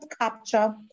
capture